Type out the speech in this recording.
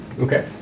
Okay